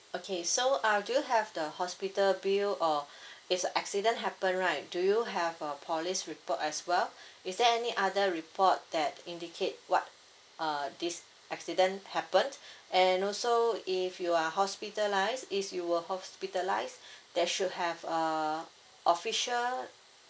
okay so uh do you have the hospital bill or it's a accident happened right do you have a police report as well is there any other report that indicate what uh this accident happened and also if you are hospitalised is you were hospitalised there should have a official